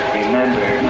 remember